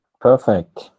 perfect